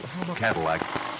Cadillac